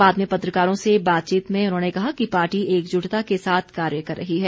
बाद में पत्रकारों से बातचीत में उन्होंने कहा कि पार्टी एकजुटता के साथ कार्य रही है